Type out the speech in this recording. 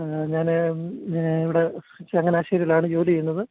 ഞാൻ ഇവിടെ ചങ്ങനാശ്ശേരീലാണ് ജോലി ചെയ്യുന്നത്